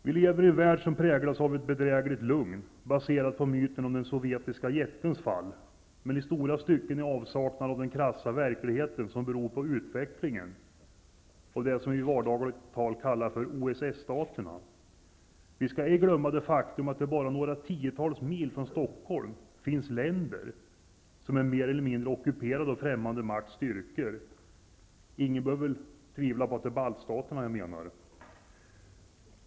Vi lever i en värld som präglas av ett bedrägligt lugn, baserat på myten om den sovjetiske jättens fall, men vi bortser i stora stycken från den krassa verkligheten och utvecklingen i det som vi i dagligt tal kallar för OSS-staterna. Vi skall ej glömma att det bara några tiotals mil från Stockholm finns länder som mer eller mindre är ockuperade av främmande makts styrkor -- ingen behöver väl tvivla på att jag menar baltstaterna.